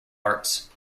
arts